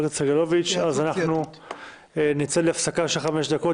הכנסת סגלוביץ' אז אנחנו נצא להפסקה של חמש דקות